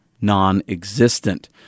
non-existent